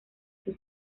sus